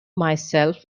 myself